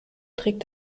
trägt